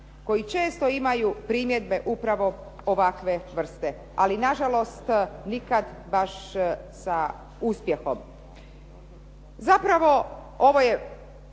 koji često imaju primjedbe upravo ovakve vrste ali nažalost nikad baš sa uspjehom. Zapravo,